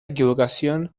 equivocación